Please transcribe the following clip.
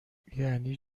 یعنی